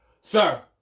Sir